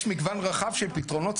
יש מגוון רחב של פתרונות,